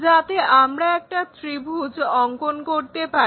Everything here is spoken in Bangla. যাতে আমরা একটা ত্রিভুজ অঙ্কন করতে পারি